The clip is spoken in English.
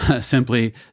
Simply